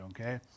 okay